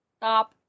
Stop